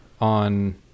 on